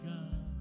God